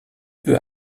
peu